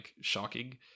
shocking